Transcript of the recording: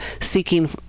seeking